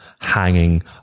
hanging